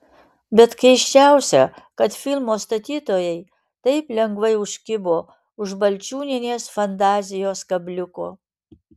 bet keisčiausia kad filmo statytojai taip lengvai užkibo už balčiūnienės fantazijos kabliuko